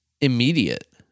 immediate